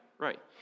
Right